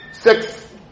Six